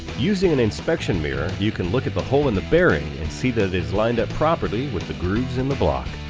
using an inspection mirror you can look at the hole in the bearing and see that it is lined up properly with the grooves in the block